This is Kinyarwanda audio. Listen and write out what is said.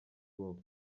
wowe